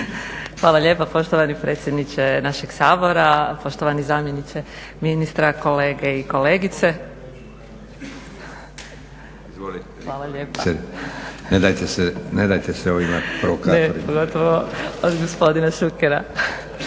Hvala lijepa poštovani predsjedniče našeg Sabora, poštovani zamjeniče ministra, kolege i kolegice. …/Upadica predsjednik: Nedajte se ovim provokatorima./… Pogotovo od gospodina Šukera.